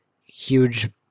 huge